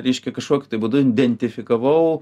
reiškia kažkokiu tai būdu identifikavau